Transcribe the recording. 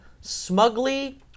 smugly